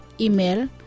Email